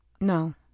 No